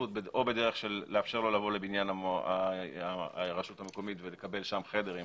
ההשתתפות או לאפשר לו לבוא לבניין הרשות המקומית ולקבל שם חדר עם